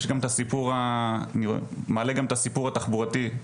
אני מעלה גם את הסיפור התחבורתי.